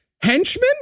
henchmen